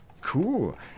Cool